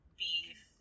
beef